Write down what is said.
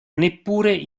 neppure